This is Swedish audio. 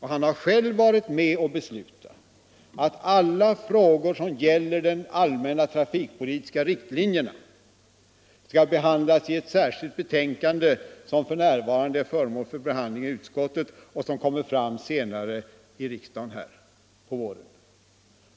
Han har själv varit med och beslutat att alla frågor som gäller de allmänna trafikpolitiska riktlinjerna skall behandlas i ett särskilt betänkande, som f. n. är föremål för behandling i utskottet och som kommer upp här i riksdagen senare i vår.